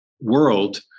world